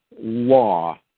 law